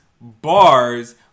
bars